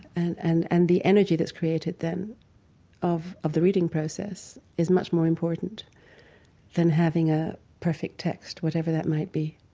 and and and the energy that's created them of of the reading process is much more important than having a perfect text, whatever that might be,